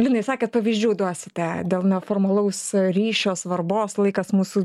linai sakėt pavyzdžių duosite dėl neformalaus ryšio svarbos laikas mūsų